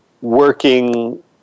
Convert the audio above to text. working